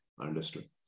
Understood